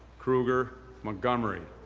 krueger, montgomery,